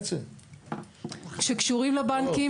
שקשורים לבנקים,